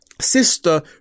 sister